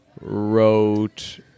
wrote